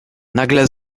nagle